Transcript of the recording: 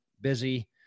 busy